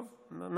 טוב, נמשיך.